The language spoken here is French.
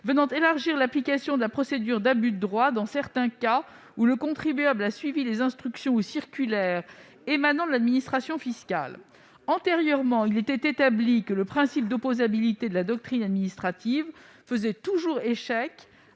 -venant élargir l'application de la procédure d'abus de droit dans certains cas où le contribuable a suivi les instructions ou circulaires émanant de l'administration fiscale. Antérieurement, il était établi que le principe d'opposabilité de la doctrine administrative faisait toujours échec